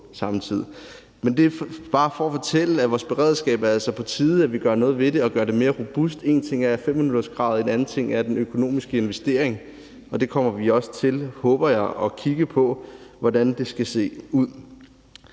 det, når det drejer sig om vores beredskab, er på tide, at vi gør noget ved det, og at vi gør det mere robust, og én ting er 5-minutterskravet, og en anden ting er den økonomiske investering, og jeg håber også, vi kommer til at kigge på, hvordan det skal se ud.